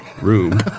room